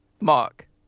mark